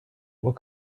will